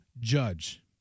judge